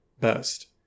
best